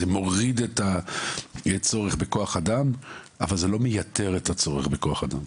זה מוריד את הצורך בכוח אדם אבל זה לא מייתר את הצורך בכוח אדם.